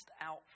out